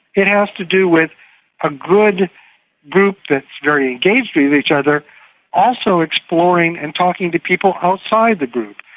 it has to do with a good group that's very engaged with each other also exploring and talking to people outside the group.